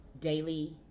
daily